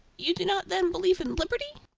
you do not then believe in liberty?